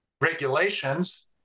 regulations